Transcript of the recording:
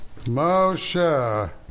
Moshe